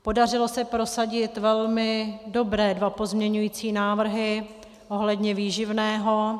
Podařilo se prosadit velmi dobré dva pozměňující návrhy ohledně výživného.